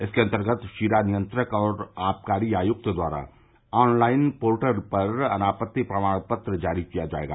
इसके अन्तर्गत शीरा नियंत्रक और आबकारी आयुक्त द्वारा ऑन लाइन पोर्टल पर अनापत्ति प्रमाण पत्र जारी किया जायेगा